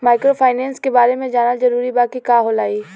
Microfinance के बारे में जानल जरूरी बा की का होला ई?